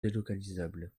délocalisables